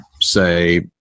say